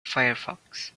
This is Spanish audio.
firefox